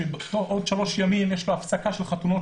שבעוד שלושה ימים תהיה לו הפסקה של חתונות,